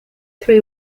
three